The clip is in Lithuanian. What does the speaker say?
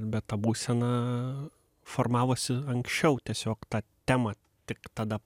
bet ta būsena formavosi anksčiau tiesiog tą temą tik tada